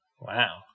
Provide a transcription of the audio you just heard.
Wow